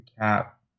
cap